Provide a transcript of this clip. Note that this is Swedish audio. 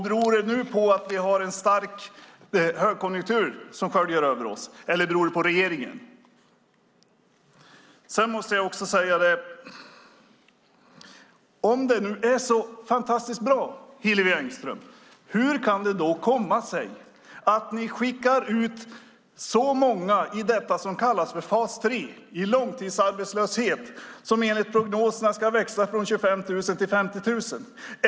Beror det nu på att vi har en stark högkonjunktur som sköljer över oss, eller beror det på regeringen? Om det nu är så fantastiskt bra, Hillevi Engström, hur kan det då komma sig att ni skickar ut så många i det som kallas fas 3, i långtidsarbetslöshet, som enligt prognoserna ska växa från 25 000 personer till 50 000 personer?